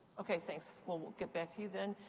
okay, thanks. we'll we'll get back to you, then.